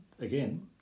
again